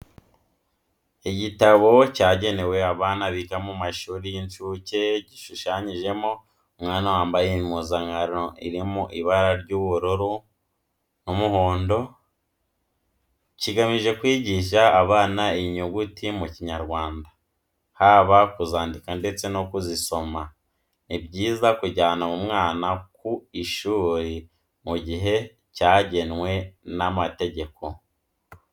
Igitabo cyagenewe abana biga mu mashuri y'incuke gishushanyijeho umwana wambaye impuzankano iri mu ibara ry'ubururu n'umuhondo. Kigamije kwigisha abana inyuguti mu kinyarwanda, haba kuzandika ndetse no kuzisoma. Ni byiza kujyana umwana ku ishuri mu gihe cyagenwe n'amategeko.